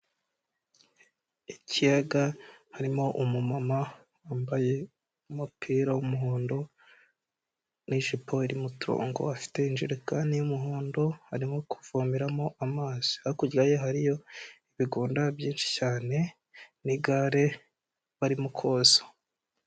Ikiyaga harimo umumama wambaye umupira w'umuhondo n'jipo iri mo uturongo afite ijerekani y'umuhondo arimo kuvomeramo amazi, hakurya ye hariyo ibigunda byinshi cyane n'igare barimo koza.